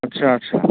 अच्छा अच्छा